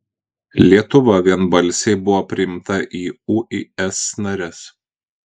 lietuva vienbalsiai buvo priimta į uis nares